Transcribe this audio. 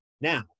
now